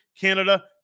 Canada